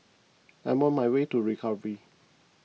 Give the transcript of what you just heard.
I'm on my way to recovery